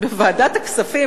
בוועדת הכספים.